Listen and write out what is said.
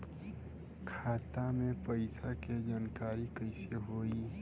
खाता मे पैसा के जानकारी कइसे होई?